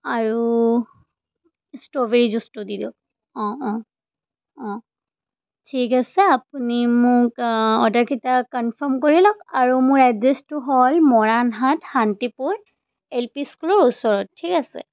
আৰু ষ্ট্ৰবেৰী জুচটো দি দিয়ক অঁ অঁ অঁ ঠিক আছে আপুনি মোক অৰ্ডাৰকেইটা কনফাৰ্ম কৰি লওক আৰু মোৰ এড্ৰেছটো হ'ল মৰাণহাট শান্তিপুৰ এল পি স্কুলৰ ওচৰত ঠিক আছে